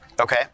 Okay